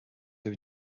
they